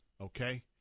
okay